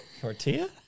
Tortilla